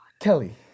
Kelly